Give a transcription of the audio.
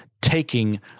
taking